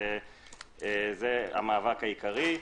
שזה המאבק העיקרי.